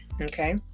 Okay